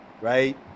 right